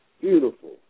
Beautiful